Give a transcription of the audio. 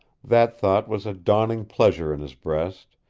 that thought was a dawning pleasure in his breast,